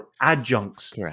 adjuncts